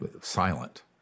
silent